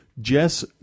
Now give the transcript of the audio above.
Jess